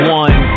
one